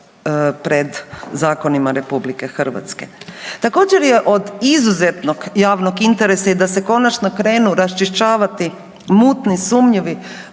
pred zakonima RH. Također je od izuzetnog javnog interesa i da se konačno krenu raščišćavati mutni i sumnjivi